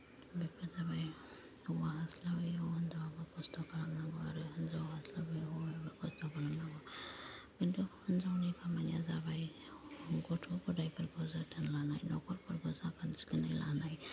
बेफोर जाबाय हौवा हास्लाबा हिनजावाबो खस्थ' खालामनांगौ आरो हिनजाव हास्लाबैयाव हौवायाबो खस्थ' खालामनांगौ किन्तु हिनजावनि खामानिया जाबाय गथ' गथायफोरखौ जोथोन लानाय न'खरफोरखौ साखोन सिखोनै लानाय